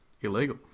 illegal